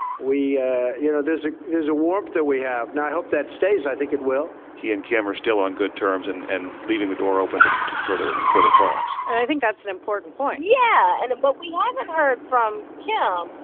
we you know, there's ah there's a warmth that we have. now, i hope that stays. i think it will he and kim are still on good terms and and leaving the door open to to further further talks and i think that's an important point yeah, and but we haven't heard from yeah